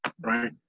right